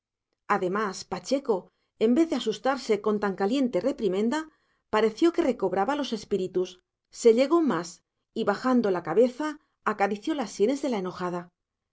además pacheco en vez de asustarse con tan caliente reprimenda pareció que recobraba los espíritus se llegó más y bajando la cabeza acarició las sienes de